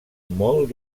molt